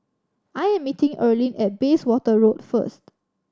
I'm meeting Erlene at Bayswater Road first